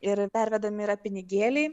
ir pervedami yra pinigėliai